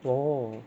!whoa!